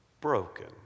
broken